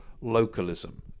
localism